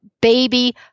baby